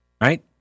right